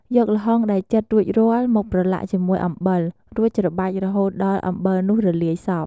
យកល្ហុងដែលចិតរួចរាល់ មកប្រឡាក់ជាមួយអំបិល រួចច្របាច់រហូតដល់អំបិលនោះរលាយសព្វ។